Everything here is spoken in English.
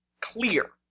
clear